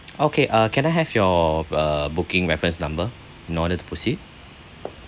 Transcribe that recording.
okay uh can I have your uh booking reference number in order to proceed